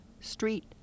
street